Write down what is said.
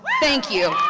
thank you.